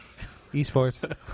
Esports